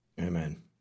Amen